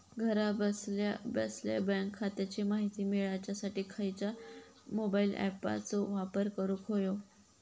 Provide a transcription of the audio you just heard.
घरा बसल्या बसल्या बँक खात्याची माहिती मिळाच्यासाठी खायच्या मोबाईल ॲपाचो वापर करूक होयो?